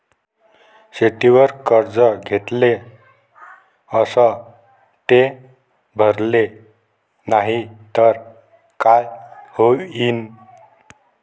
शेतीवर कर्ज घेतले अस ते भरले नाही तर काय होईन?